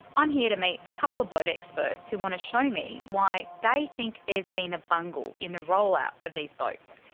i'm here to meet a couple of boat experts who want to show me why they think there's been a bungle in the rollout of these boats.